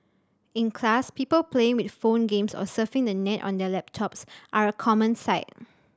in class people playing with phone games or surfing the net on their laptops are a common sight